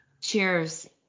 Cheers